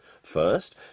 First